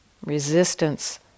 Resistance